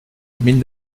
mille